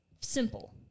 Simple